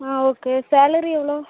ஆ okay salary எவ்வளோ